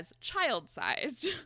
child-sized